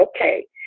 okay